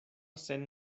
sen